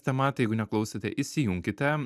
tema tai jeigu neklausėte įsijunkite